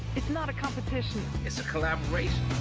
it's not a competition. it's a collaboration.